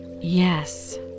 Yes